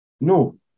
No